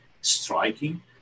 striking